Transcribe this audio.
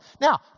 Now